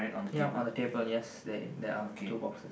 yup on the table yes there there are two boxes